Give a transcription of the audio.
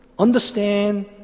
Understand